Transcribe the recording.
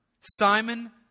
Simon